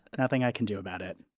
nothing i can do about it